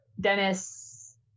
dennis